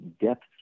depth